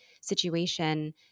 situation